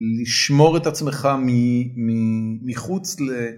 לשמור את עצמך מחוץ